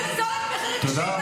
ולי זה עולה במחיר אישי ולך